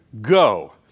go